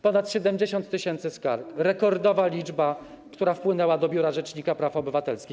Ponad 70 tys. skarg, rekordowa liczba, która wpłynęła do Biura Rzecznika Praw Obywatelskich.